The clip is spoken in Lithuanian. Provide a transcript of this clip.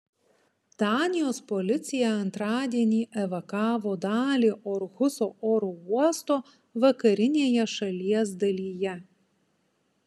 danijos policija antradienį evakavo dalį orhuso oro uosto vakarinėje šalies dalyje